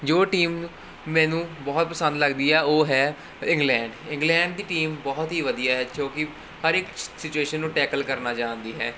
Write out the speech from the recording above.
ਜੋ ਟੀਮ ਮੈਨੂੰ ਬਹੁਤ ਪਸੰਦ ਲੱਗਦੀ ਆ ਉਹ ਹੈ ਇੰਗਲੈਂਡ ਇੰਗਲੈਂਡ ਦੀ ਟੀਮ ਬਹੁਤ ਹੀ ਵਧੀਆ ਹੈ ਜੋ ਕਿ ਹਰ ਇੱਕ ਸਿਚੁਏਸ਼ਨ ਨੂੰ ਟੈਕਲ ਕਰਨਾ ਜਾਣਦੀ ਹੈ